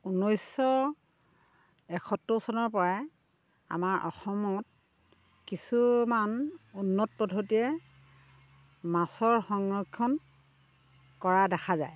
ঊনৈছশ এসত্তৰ চনৰ পৰাই আমাৰ অসমত কিছুমান উন্নত পদ্ধতিৰে মাছৰ সংৰক্ষণ কৰা দেখা যায়